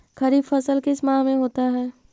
खरिफ फसल किस माह में होता है?